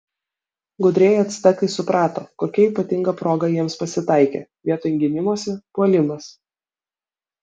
gudrieji actekai suprato kokia ypatinga proga jiems pasitaikė vietoj gynimosi puolimas